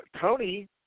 Tony –